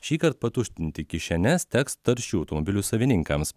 šįkart patuštinti kišenes teks taršių automobilių savininkams